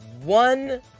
one